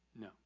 No